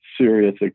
serious